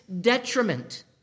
detriment